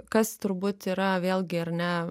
kas turbūt yra vėlgi ar ne